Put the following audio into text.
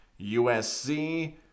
USC